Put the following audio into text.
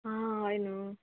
आं हय न्हू